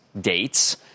dates